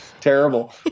terrible